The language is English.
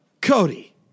Cody